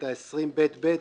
את 20ב(ב),